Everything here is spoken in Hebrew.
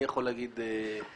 אני יכול להגיד את תפיסתי.